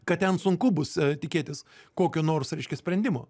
kad ten sunku bus tikėtis kokio nors reiškia sprendimo